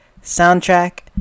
soundtrack